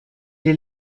est